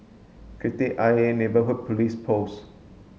Kreta Ayer Neighbourhood Police Post